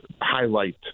highlight